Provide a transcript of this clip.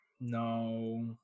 no